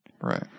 Right